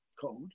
code